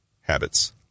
Habits